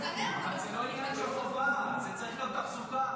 זה לא עניין של חובה, צריך גם תחזוקה.